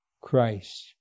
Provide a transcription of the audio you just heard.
Christ